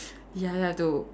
ya then have to